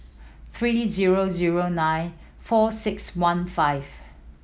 three zero zero nine four six one five